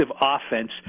offense